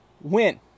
win